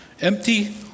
Empty